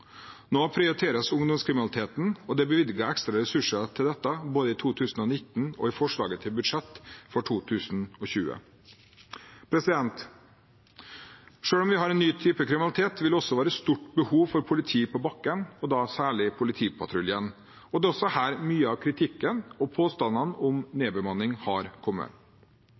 Nå prioriteres ungdomskriminaliteten, og det er bevilget ekstra ressurser til dette både i 2019 og i forslaget til budsjett for 2020. Selv om vi har en ny type kriminalitet, vil det også være stort behov for politi på bakken og da særlig politipatruljen, og det er også her mye av kritikken og påstandene om nedbemanning har kommet.